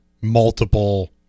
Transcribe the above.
multiple